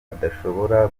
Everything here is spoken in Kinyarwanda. adashobora